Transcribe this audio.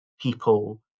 people